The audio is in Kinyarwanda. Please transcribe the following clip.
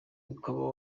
ukaba